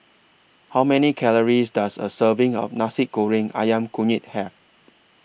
How Many Calories Does A Serving of Nasi Goreng Ayam Kunyit Have